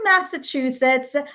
Massachusetts